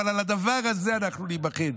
אבל על הדבר הזה אנחנו ניבחן,